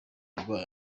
yarwaye